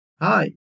Hi